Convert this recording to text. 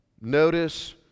Notice